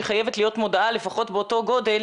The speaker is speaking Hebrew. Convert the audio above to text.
שחייבת להיות מודעה לפחות באותו גודל.